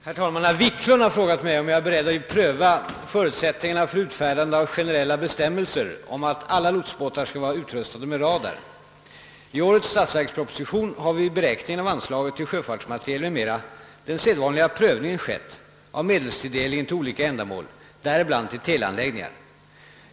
Herr talman! Herr Wiklund i Härnösand har frågat mig, om jag är beredd att pröva förutsättningarna för utfärdande av generella bestämmelser om att alla lotsbåtar skall vara utrustade med radar. I årets statsverksproposition har vid beräkningen av anslaget till sjöfartsmateriel m.m. den sedvanliga prövningen skett av medelstilldelningen till olika ändamål, däribland till teleanläggningar.